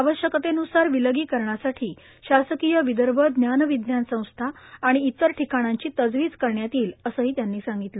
आवश्यकतेन्सार विलगीकरणासाठी शासकीय वि र्भ ज्ञानविज्ञान संस्था आणि इतर ठिकाणांची तजवीज करण्यात येईल असेही त्यांनी सांगितले